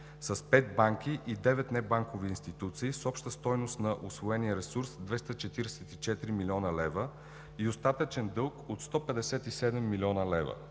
пет банки и девет небанкови институции с обща стойност на усвоения ресурс 244 млн. лв. и остатъчен дълг от 157 млн. лв.